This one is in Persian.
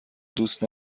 دوست